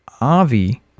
avi